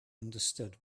understood